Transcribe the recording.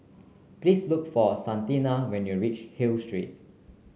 please look for Santina when you reach Hill Street